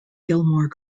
gilmore